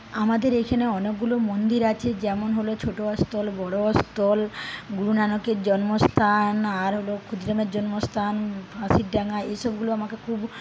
আমাদের এইখানে অনেকগুলো মন্দির আছে যেমন হল ছোটো অস্থল বড়ো অস্থল গুরু নানকের জন্মস্থান আর হল ক্ষুদিরামের জন্মস্থান ফাঁসির ডাঙ্গা এইসবগুলো আমাকে খুব